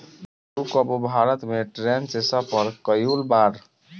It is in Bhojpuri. तू कबो भारत में ट्रैन से सफर कयिउल बाड़